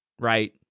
right